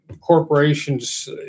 corporations